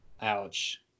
Ouch